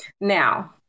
Now